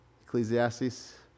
Ecclesiastes